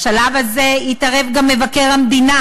בשלב הזה התערב גם מבקר המדינה,